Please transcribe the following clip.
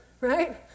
right